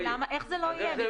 איך זה לא יהיה?